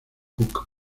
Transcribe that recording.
cook